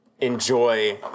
enjoy